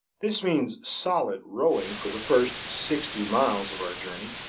this means solid rowing for the first sixty miles of our journey,